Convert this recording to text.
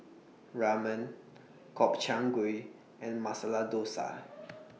Ramen Gobchang Gui and Masala Dosa